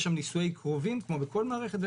יש שם נישואי קרובים כמו בכל מערכת,